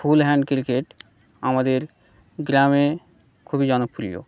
ফুল hand cricket আমাদের গ্রামে খুবই জনপ্রিয়